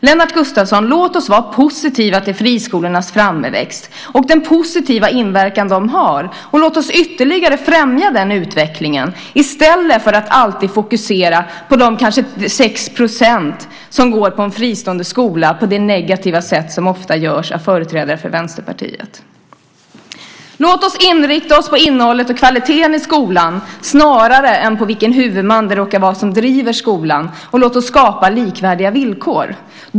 Lennart Gustavsson, låt oss vara positiva till friskolornas framväxt och den goda inverkan de har, och låt oss ytterligare främja den utvecklingen i stället för att alltid fokusera på de kanske 6 % som går på en fristående skola och har negativa erfarenheter på det sätt som företrädare för Vänsterpartiet ofta gör. Låt oss inrikta oss på innehållet och kvaliteten i skolan snarare än på vilken huvudman det råkar vara som driver skolan och låt oss skapa likvärdiga villkor.